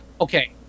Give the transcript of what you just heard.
Okay